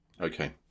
Okay